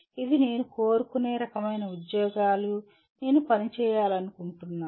ఇది నేను కోరుకునే రకమైన ఉద్యోగాలు నేను పని చేయాలనుకుంటున్నాను